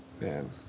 Man